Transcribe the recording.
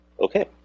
Okay